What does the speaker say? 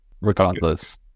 regardless